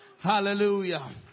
Hallelujah